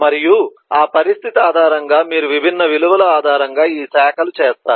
మరియు ఆ పరిస్థితి ఆధారంగా మీరు విభిన్న విలువల ఆధారంగా ఈ శాఖలు చేస్తారు